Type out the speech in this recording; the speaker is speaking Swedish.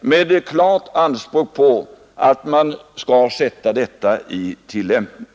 med klart anspråk på att man skall sätta detta i tillämpning.